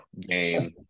game